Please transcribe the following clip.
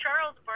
Charles